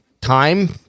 time